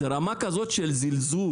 זו רמה כזו של זלזול,